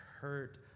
hurt